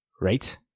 Right